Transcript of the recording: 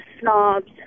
snobs